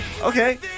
Okay